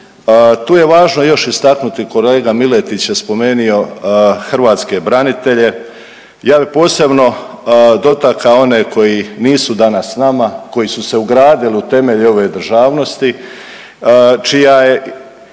Tu je važno još istaknuti, kolega Miletić je spomenio hrvatske branitelje, ja bi posebno dotakao one koji nisu danas s nama, koji su se ugradili u temelje ove državnosti, čija je